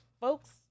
folks